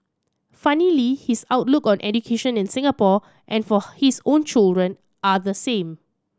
funnily his outlook on education in Singapore and for his own children are the same